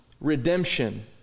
redemption